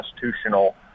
constitutional